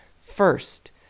first